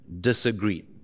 disagree